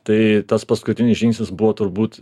tai tas paskutinis žingsnis buvo turbūt